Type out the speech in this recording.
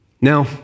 Now